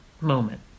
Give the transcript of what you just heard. moment